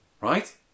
Right